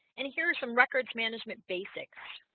and here are some records management basics